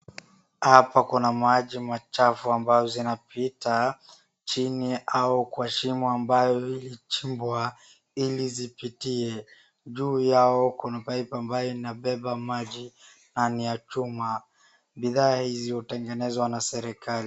Hapa kuna maji machafu ambao zinapita, chini au kwa shimo ambayo ilichimbwa ili zipitie, juu yao kuna pipe ambayo imebeba maji na ni ya chuma, bidhaaa hizo hutengenezwa na serikali.